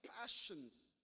passions